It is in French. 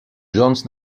jones